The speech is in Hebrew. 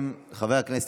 חוקה, חוקה.